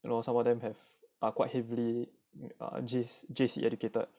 you know some of them have are quite heavily J_C educated